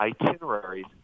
itineraries